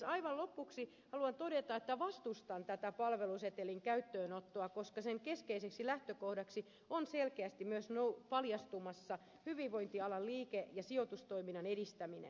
aivan lopuksi haluan todeta että vastustan tätä palvelusetelin käyttöönottoa koska sen keskeiseksi lähtökohdaksi on selkeästi myös paljastumassa hyvinvointialan liike ja sijoitustoiminnan edistäminen